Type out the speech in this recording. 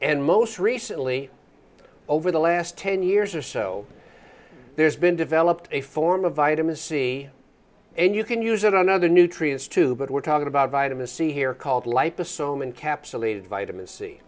and most recently over the last ten years or so there's been developed a form of vitamin c and you can use it on other nutrients too but we're talking about vitamin c here called light the somin capsulated vitamin c